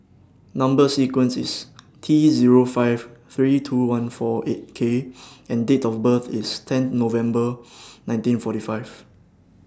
Number sequence IS T Zero five three two one four eight K and Date of birth IS ten November nineteen forty five